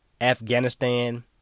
Afghanistan